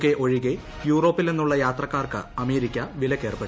K ഒഴികെ യൂറോപ്പിൽ നിന്നുള്ള് യ്ാത്രക്കാർക്ക് അമേരിക്ക വിലക്ക് ഏർപ്പെടുത്തി